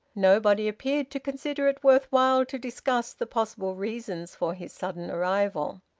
nobody appeared to consider it worth while to discuss the possible reasons for his sudden arrival.